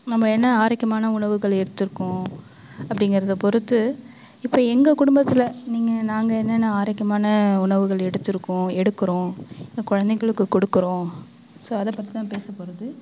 நம்ம என்ன ஆரோக்கியமான உணவுகள் எடுத்துருக்கோம் அப்படிங்குறத பொறுத்து இப்போ எங்கள் குடும்பத்தில் நீங்கள் நாங்கள் என்னென்னா ஆரோக்கியமான உணவுகள் எடுத்துருக்கோம் எடுக்கிறோம் எங்கள் குழந்தைகளுக்குக்கு கொடுக்குறோம் ஸோ அதை பற்றிதான் பேசப்போகறது